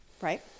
right